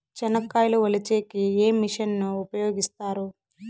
చెనక్కాయలు వలచే కి ఏ మిషన్ ను ఉపయోగిస్తారు?